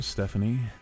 Stephanie